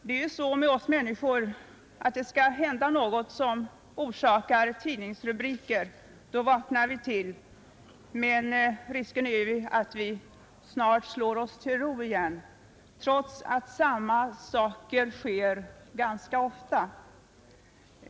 Det är så med oss människor att det skall hända någonting som orsakar tidningsrubriker för att vi skall vakna till. Men risken är att vi snart slår oss till ro igen, trots att samma saker sker ganska ofta.